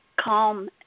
calm